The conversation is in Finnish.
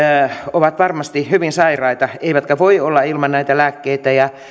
ovat varmasti hyvin sairaita eivätkä voi olla ilman näitä lääkkeitä ja